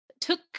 took